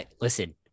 Listen